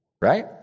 Right